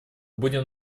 будем